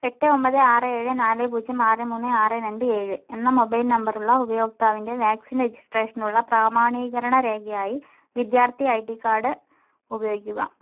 എട്ട് ഒൻപത് ആറ് ഏഴ് നാല് പൂജ്യം ആറ് മൂന്ന് ആറ് രണ്ട് ഏഴ് എന്ന മൊബൈൽ നമ്പറുള്ള ഉപയോക്താവിന്റെ വാക്സിൻ രജിസ്ട്രേഷനുള്ള പ്രാമാണീകരണ രേഖയായി വിദ്യാർത്ഥി ഐ ഡി കാർഡ് ഉപയോഗിക്കുക